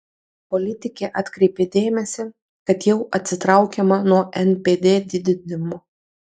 politikė atkreipė dėmesį kad jau atsitraukiama nuo npd didinimo